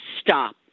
stop